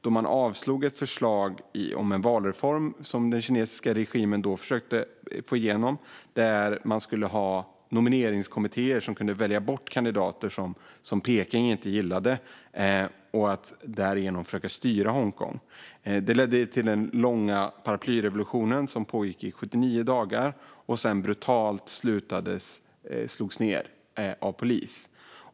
Då avslogs ett förslag om en valreform som den kinesiska regimen försökte få igenom. Den innebar att nomineringskommittéer skulle kunna välja bort kandidater som Peking inte gillade. Därigenom skulle man försöka styra Hongkong. Det ledde till den långa paraplyrevolutionen, som pågick i 79 dagar och som sedan slogs ned brutalt av polis.